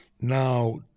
now